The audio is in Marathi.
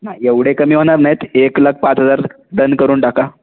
नाही एवढे कमी होणार नाहीत एक लाख पाच हजार डन करून टाका